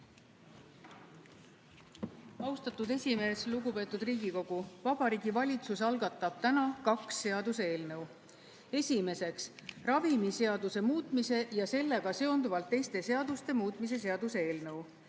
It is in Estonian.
Austatud esimees! Lugupeetud Riigikogu! Vabariigi Valitsus algatab täna kaks seaduseelnõu. Esiteks, ravimiseaduse muutmise ja sellega seonduvalt teiste seaduste muutmise seaduse eelnõu.